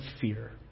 fear